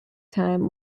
time